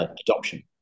adoption